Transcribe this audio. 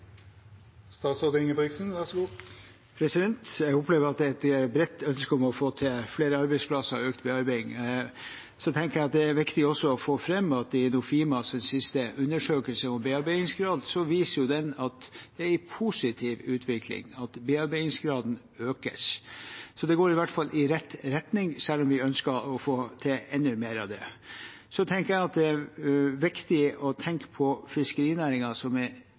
Jeg opplever at det er et bredt ønske om å få til flere arbeidsplasser og økt bearbeiding. Jeg tenker at det er viktig også å få fram at Nofimas siste undersøkelse om bearbeidingsgrad viser at det er en positiv utvikling, at bearbeidingsgraden økes. Så det går i hvert fall i rett retning, selv om vi ønsker å få til enda mer av det. Så mener jeg at det er viktig å tenke på fiskerinæringen som